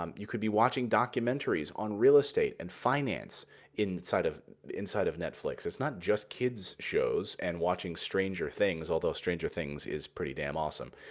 um you could be watching documentaries on real estate and finance inside of inside of netflix. it's not just kids shows and watching stranger things, although stranger things is pretty damn awesome.